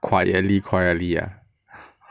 quietly quietly ah